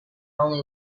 only